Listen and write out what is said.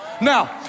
now